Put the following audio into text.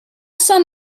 sun